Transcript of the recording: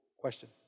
question